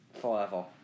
Forever